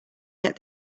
get